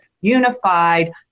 unified